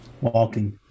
Walking